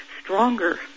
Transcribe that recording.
stronger